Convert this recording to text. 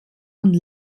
und